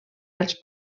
als